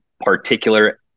particular